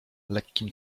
lekkim